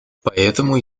поэтому